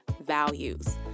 values